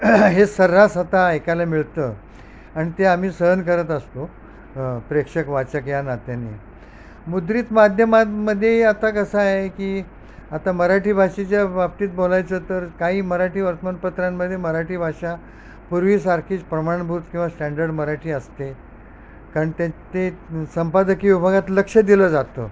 हे सर्रास आता ऐकायला मिळतं अन् ते आम्ही सहन करत असतो प्रेक्षक वाचक या नात्याने मुद्रीत माध्यमांमदे आता कसं आहे की आता मराठी भाषेच्या बाबतीत बोलायचं तर काही मराठी वर्तमानपत्रांमदे मराठी भाषा पूर्वीसारखीच प्रमाणभूत किंवा स्टँडर्ड मराठी असते कारण त्या संपादकीय विभागात लक्ष दिलं जातं